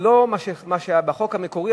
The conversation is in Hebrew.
ולא מה שהיה בחוק המקורי,